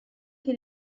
che